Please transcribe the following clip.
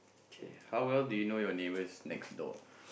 kay how well do you know your neighbor next door